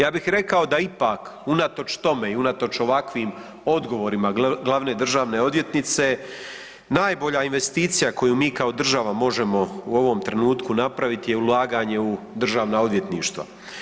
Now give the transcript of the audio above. Ja bih rekao da ipak unatoč tome i unatoč ovakvim odgovorima glavne državne odvjetnice, najbolja investicija koju mi kao država možemo u ovom trenutku napraviti je ulaganje u državna odvjetništva.